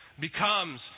becomes